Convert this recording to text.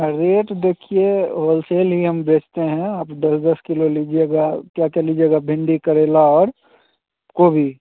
आ rate देखिए wholesale ही हम बेचते हैं आप दस दस किलो लीजिएगा क्या क्या लीजिएगा भिंडी करेला और गोभी